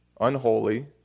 unholy